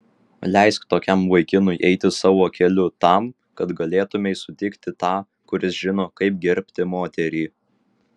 leisk tokiam vaikinui eiti savo keliu tam kad galėtumei sutikti tą kuris žino kaip gerbti moterį